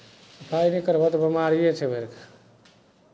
सफाइ नहि करबहक तऽ बेमारीए छै